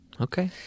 Okay